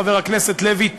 חבר הכנסת לוי,